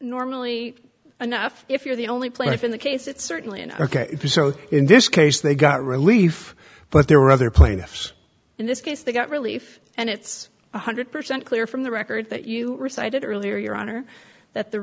normally enough if you're the only place in the case it's certainly an ok so in this case they got relief but there were other plaintiffs in this case they got relief and it's one hundred percent clear from the record that you recited earlier your honor that the